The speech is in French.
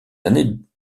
années